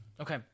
Okay